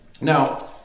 Now